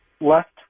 left